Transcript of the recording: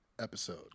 episode